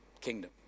kingdom